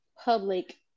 public